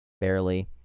barely